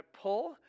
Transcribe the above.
pull